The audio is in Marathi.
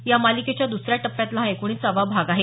या मालिकेच्या दसऱ्या टप्प्यातला हा एकोणिसावा भाग आहे